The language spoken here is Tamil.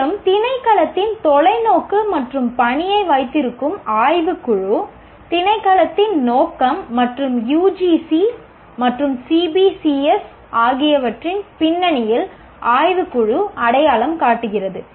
மேலும் திணைக்களத்தின் தொலைநோக்கு மற்றும் பணியை வைத்திருக்கும் ஆய்வுக் குழு திணைக்களத்தின் நோக்கம் மற்றும் யுஜிசி மற்றும் சிபிசிஎஸ் ஆகியவற்றின் பின்னணியில் ஆய்வுக் குழு அடையாளம் காட்டுகிறது